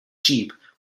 jeep